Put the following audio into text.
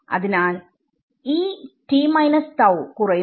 അതിനാൽ കുറയുന്നു